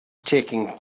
taking